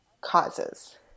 causes